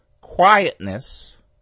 quietness